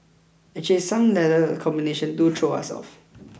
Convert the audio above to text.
actually some letter combination do throw us off